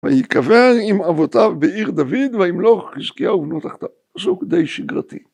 ויקבר עם אבותיו בעיר דוד, וימלוך חזקיהו ובנו תחתיו. פסוק די שגרתי.